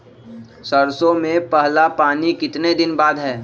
सरसों में पहला पानी कितने दिन बाद है?